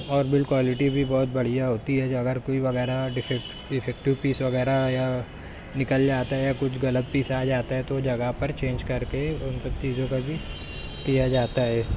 اور build quality بھی بہت بڑھیا ہوتی ہے اگر کوئی وغیرہ ڈیفیکٹیو پیس وغیرہ یا نکل جاتا ہے یا کچھ غلط پیس آ جاتا ہے تو جگہ پر چینج کر کے ان سب چیزوں کا بھی کیا جاتا ہے